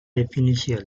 definició